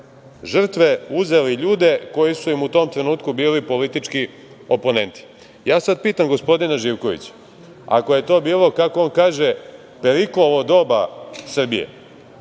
žrtve uzeli ljude koji su im u tom trenutku bili politički oponenti. Sada pitam gospodina Živkovića - ako je to bilo, kako on kaže, Periklovo doba Srbije,